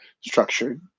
structured